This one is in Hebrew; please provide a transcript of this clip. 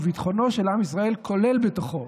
וביטחונו של עם ישראל כולל בתוכו